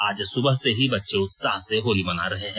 आज सुबह से ही बच्चे उत्साह से होली मना रहे हैं